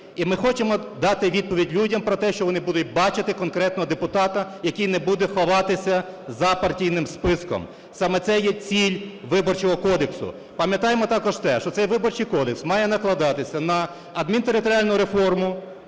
І ми хочемо дати відповідь людям про те, що вони будуть бачити конкретного депутата, який не буде ховатися за партійним списком, саме це є ціль Виборчого кодексу. Пам'ятаємо також те, що цей Виборчий кодекс має накладатися на адмінтериторіальну реформу,